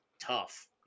tough